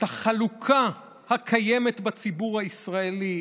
את החלוקה הקיימת בציבור הישראלי,